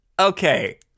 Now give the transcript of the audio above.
okay